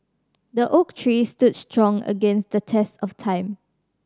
the oak tree stood strong against the test of time